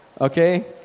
okay